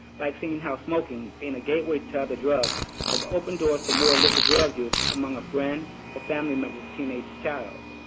like seeing how smoking being a gateway to other drugs has opened doors for more illicit drug use among a friend's or family member's teenaged child,